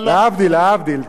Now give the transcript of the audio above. כששני פקידים רבים,